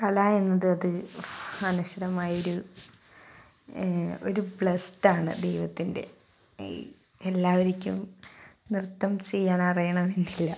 കല എന്നത് അനശ്വരമായ ഒരു ഒരു ബ്ലെസ്ഡ് ആണ് ദൈവത്തിൻ്റെ ഈ എല്ലാവർക്കും നൃത്തം ചെയ്യാൻ അറിയണമെന്നില്ല